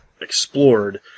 explored